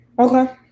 Okay